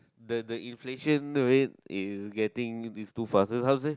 the the inflation rate is getting is too fast how to say